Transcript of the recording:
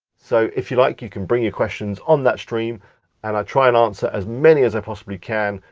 so if you like, you can bring your questions on that stream and i'll try and answer as many as i possibly can,